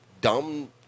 dumb